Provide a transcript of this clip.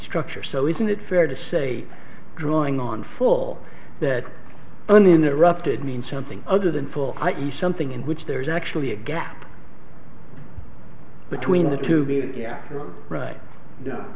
structure so isn't it fair to say drawing on full that uninterrupted means something other than full something in which there is actually a gap between the two being right